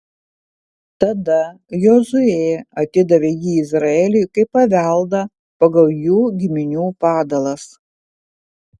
tada jozuė atidavė jį izraeliui kaip paveldą pagal jų giminių padalas